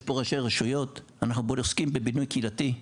יש פה ראשי רשויות, אנחנו עוסקים בבינוי קהילתי.